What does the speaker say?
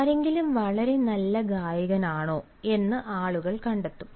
ആരെങ്കിലും വളരെ നല്ല ഗായകനാണോ എന്ന് ആളുകൾ കണ്ടെത്തും